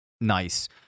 Nice